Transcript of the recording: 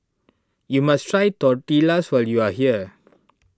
you must try Tortillas when you are here